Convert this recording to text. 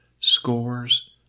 scores